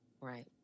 Right